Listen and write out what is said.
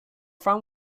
found